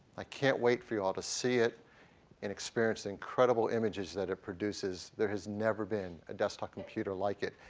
i can't wait for you all to see it and experience the incredible images that it produces. there has never been a desktop computer like it.